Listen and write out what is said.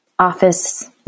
office